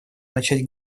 начать